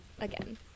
again